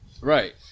Right